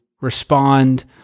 respond